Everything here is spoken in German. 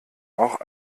auch